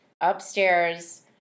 upstairs